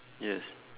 yes